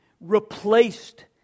replaced